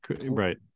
right